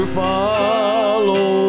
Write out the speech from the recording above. follow